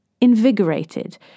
invigorated